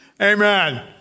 Amen